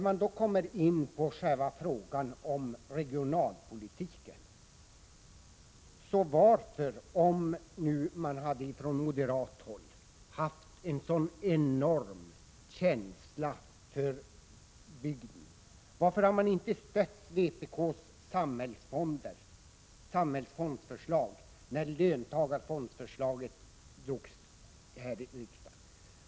Vad gäller regionalpolitiken vill jag fråga: Om man nu från moderat håll haft en så enorm känsla för bygden, varför stödde man inte vpk:s samhällsfondsförslag när löntagarfondsförslaget behandlades här i riksdagen?